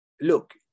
look